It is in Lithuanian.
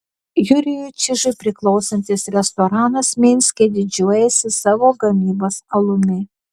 jurijui čižui priklausantis restoranas minske didžiuojasi savo gamybos alumi